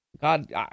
God